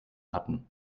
hatten